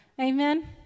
Amen